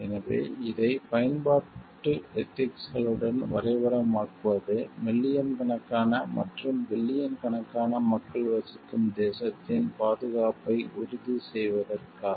எனவே இதை பயன்பாட்டு எதிக்ஸ்களுடன் வரைபடமாக்குவது மில்லியன் கணக்கான மற்றும் பில்லியன் கணக்கான மக்கள் வசிக்கும் தேசத்தின் பாதுகாப்பை உறுதி செய்வதற்காக